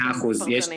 מאה אחוז.